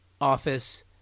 office